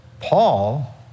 Paul